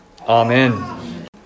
Amen